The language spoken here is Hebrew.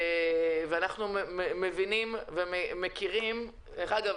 אנחנו מבינים ומכירים דרך אגב,